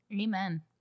Amen